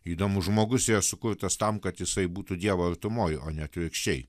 įdomus žmogus yra sukurtas tam kad jisai būtų dievo artumoj o ne atvirkščiai